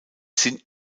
sind